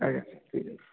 ଆଜ୍ଞା ସାର୍ ଠିକ୍ ଅଛି